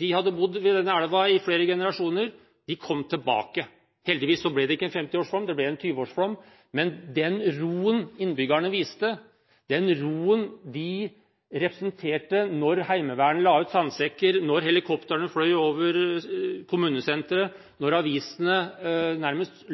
De hadde bodd ved denne elven i flere generasjoner. De kom tilbake. Heldigvis ble det ikke noen 50-årsflom, det ble en 20-årsflom, men den roen innbyggerne viste, den roen de representerte når Heimevernet la ut sandsekker, når helikoptrene fløy over kommunesenteret, når avisene nærmest